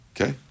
Okay